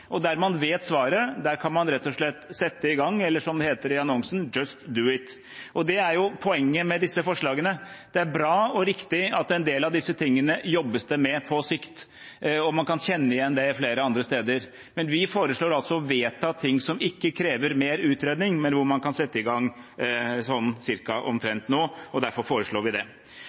Og der man vet svaret, kan man rett og slett sette i gang – eller som det heter i annonsen: «Just do it.» Det er poenget med disse forslagene. Det er bra og riktig at en del av disse tingene jobbes det med på sikt, og man kan kjenne det igjen flere andre steder. Men vi foreslår å vedta ting som ikke krever mer utredning, men hvor man kan sette i gang sånn ca. omtrent nå, og derfor foreslår vi det.